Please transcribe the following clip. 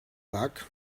luck